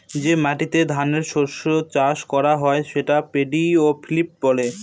যে মাটিতে ধানের শস্য চাষ করা হয় সেটা পেডি ফিল্ড বলে